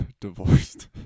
Divorced